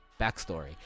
backstory